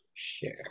Share